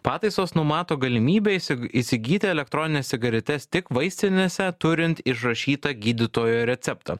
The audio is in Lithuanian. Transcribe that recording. pataisos numato galimybę įsig įsigyti elektronines cigaretes tik vaistinėse turint išrašytą gydytojo receptą